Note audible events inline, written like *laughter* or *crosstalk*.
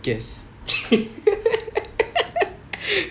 guess *laughs*